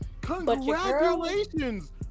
Congratulations